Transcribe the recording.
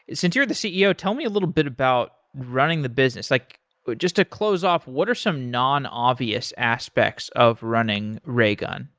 since you're the ceo tell me a little bit about running the business. like just to close off, what are some non-obvious aspects of running raygun?